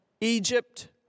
Egypt